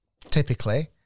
typically